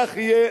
כך יהיה,